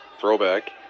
throwback